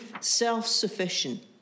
self-sufficient